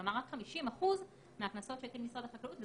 כלומר רק 50% מהקנסות שהטיל משרד החקלאות,